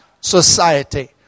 society